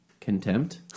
contempt